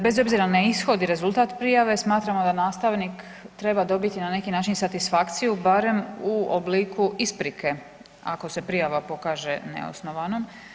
Bez obzira na ishod i rezultat prijave, smatramo da nastavnik treba dobiti na neki način satisfakciju, barem u obliku isprike ako se prijava pokaže neosnovanom.